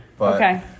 Okay